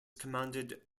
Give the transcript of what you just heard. commanded